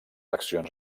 accions